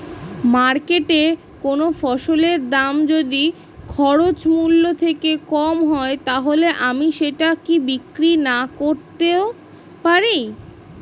মার্কেটৈ কোন ফসলের দাম যদি খরচ মূল্য থেকে কম হয় তাহলে আমি সেটা কি বিক্রি নাকরতেও পারি?